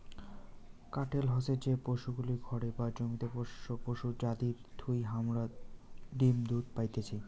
কাটেল হসে যে পশুগুলি ঘরে বা জমিতে পোষ্য পশু যাদির থুই হামারা ডিম দুধ পাইতেছি